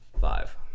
Five